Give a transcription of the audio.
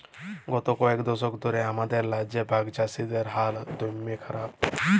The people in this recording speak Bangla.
গত কয়েক দশক ধ্যরে আমাদের রাজ্যে ভাগচাষীগিলার হাল দম্যে খারাপ